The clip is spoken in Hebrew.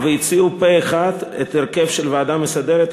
והציעו פה-אחד את ההרכב של הוועדה המסדרת,